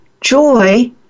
joy